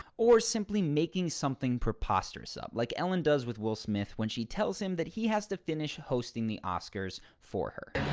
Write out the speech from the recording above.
or simply making something preposterous up like ellen does with will smith when she tells him that he has to finish hosting the oscars for her.